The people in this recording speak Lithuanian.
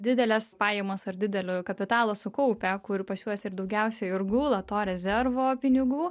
dideles pajamas ar didelį kapitalą sukaupę kur pas juos ir daugiausia ir gula to rezervo pinigų